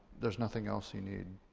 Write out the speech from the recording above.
there's nothing else you need.